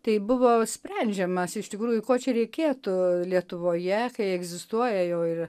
tai buvo sprendžiamas iš tikrųjų ko čia reikėtų lietuvoje kai egzistuoja jau ir